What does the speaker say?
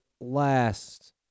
last